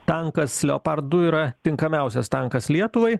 tankas leopardų yra tinkamiausias tankas lietuvai